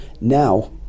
now